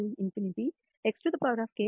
Exk xkfxdx